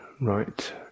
right